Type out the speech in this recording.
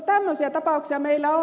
tämmöisiä tapauksia meillä on